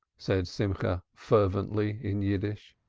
said simcha fervently in yiddish.